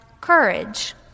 courage